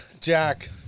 Jack